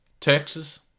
Texas